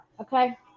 okay